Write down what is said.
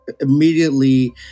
immediately